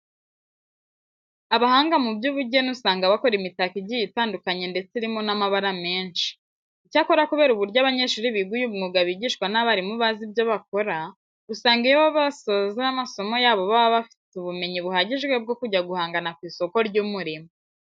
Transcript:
Abahanga mu by'ubugeni usanga bakora imitako igiye itandukanye ndetse irimo n'amabara menshi. Icyakora kubera uburyo abanyeshuri biga uyu mwuga bigishwa n'abarimu bazi ibyo bakora, usanga iyo basoze amasomo yabo baba bafite ubumenyi buhagije bwo kujya guhangana ku isoko ry'umurimo.